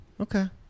Okay